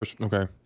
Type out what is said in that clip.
Okay